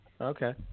Okay